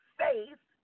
faith